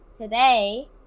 Today